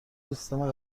سیستم